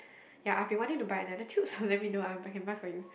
ya I've been wanting to buy another tube let me know I I can buy for you